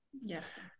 Yes